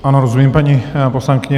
Ano, rozumím, paní poslankyně.